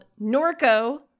Norco